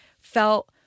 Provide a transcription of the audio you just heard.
felt